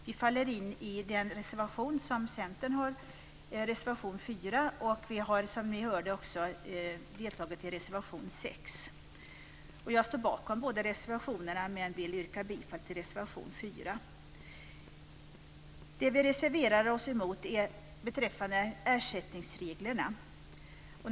Vi faller in i reservation 4, och vi har som vi hörde också deltagit i reservation 6. Jag står bakom båda reservationerna, men vill yrka bifall till reservation 4. Det vi reserverar oss mot gäller ersättningsreglerna.